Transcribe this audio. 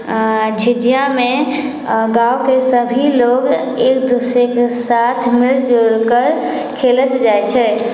आओर झिझिआमे गाँवके सब लोग एक दोसरेके साथ मिलिजुलिकऽ खेलल जाइ छै